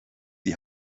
die